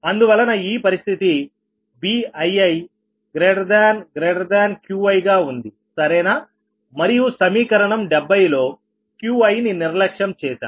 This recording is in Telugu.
అందువలన ఈ పరిస్థితి BiiQiగా ఉంది సరేనా మరియు సమీకరణం 70 లో Qiని నిర్లక్ష్యం చేశాం